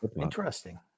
Interesting